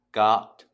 got